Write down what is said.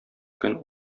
көн